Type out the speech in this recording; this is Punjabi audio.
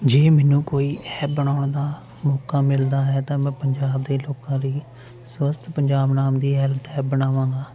ਜੇ ਮੈਨੂੰ ਕੋਈ ਐਪ ਬਣਾਉਣ ਦਾ ਮੌਕਾ ਮਿਲਦਾ ਹੈ ਤਾਂ ਮੈਂ ਪੰਜਾਬ ਦੇ ਲੋਕਾਂ ਲਈ ਸਵੱਸਥ ਪੰਜਾਬ ਬਣਾਉਣ ਦੀ ਹੈਲਥ ਐਪ ਬਣਾਵਾਂਗਾ